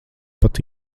pat